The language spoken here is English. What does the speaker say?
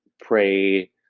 pray